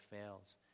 fails